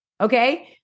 Okay